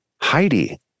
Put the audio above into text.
Heidi